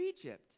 egypt